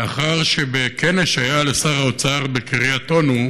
לאחר שבכנס שהיה לשר האוצר בקריית אונו